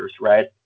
right